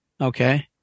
Okay